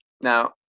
Now